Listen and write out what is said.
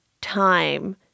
time